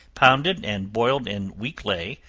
pounded and boiled in weak ley,